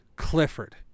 Clifford